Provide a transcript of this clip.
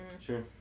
sure